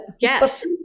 Yes